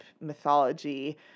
mythology